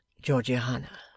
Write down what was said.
Georgiana